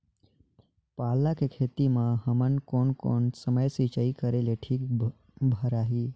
पाला के खेती मां हमन कोन कोन समय सिंचाई करेले ठीक भराही?